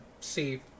see